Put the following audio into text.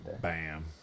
bam